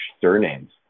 surnames